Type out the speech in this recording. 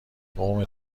قوم